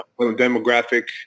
demographic